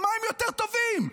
במה אתם יותר טובים?